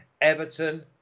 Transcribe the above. Everton